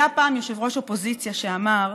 היה פעם יושב-ראש אופוזיציה שאמר: